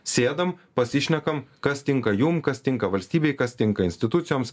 sėdam pasišnekam kas tinka jum kas tinka valstybei kas tinka institucijoms